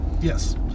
yes